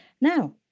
Now